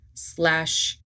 slash